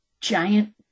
giant